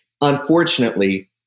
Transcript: Unfortunately